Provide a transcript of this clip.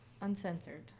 uncensored